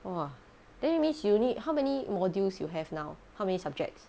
!wah! then it means you need how many modules you have now how many subjects